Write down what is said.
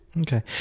Okay